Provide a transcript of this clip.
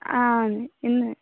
ആ ഇന്ന്